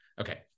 Okay